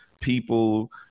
people